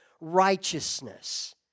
righteousness